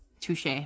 touche